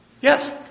Yes